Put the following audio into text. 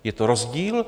Je to rozdíl.